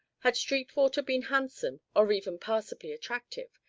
had sweetwater been handsome, or even passably attractive,